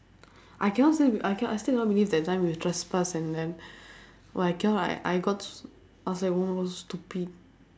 I cannot still I canno~ I still cannot believe that time you trespass and then !wah! I cannot eh I got I was like oh my god stupid